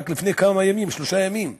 רק לפני כמה ימים, שלושה ימים,